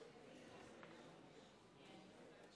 אני בעד